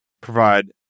provide